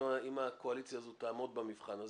אם הקואליציה הזאת תעמוד במבחן הזה,